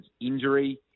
injury